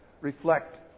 reflect